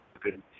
good